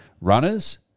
runners